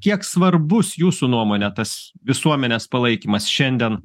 kiek svarbus jūsų nuomone tas visuomenės palaikymas šiandien